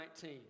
19